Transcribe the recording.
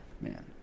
man